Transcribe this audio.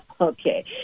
Okay